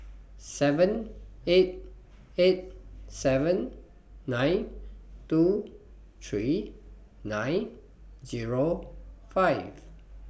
seven eight eight seven nine two three nine Zero five